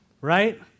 right